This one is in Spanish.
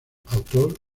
autor